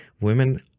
women